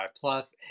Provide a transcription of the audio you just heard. plus